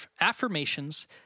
affirmations